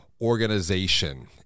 organization